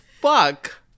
fuck